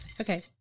Okay